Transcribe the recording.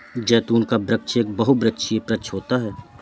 जैतून का वृक्ष एक बहुवर्षीय वृक्ष होता है